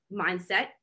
mindset